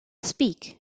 speak